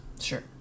Sure